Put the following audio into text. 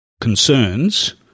concerns